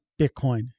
Bitcoin